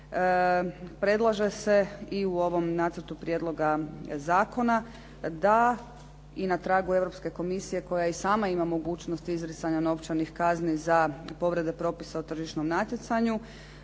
predlaže se i u ovom nacrtu prijedloga zakona da i na tragu Europske komisije koja i sama ima mogućnost izricanja novčanih kazni za povrede propisa o tržišnom natjecanju